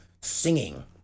singing